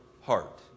heart